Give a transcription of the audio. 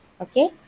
okay